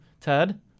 Ted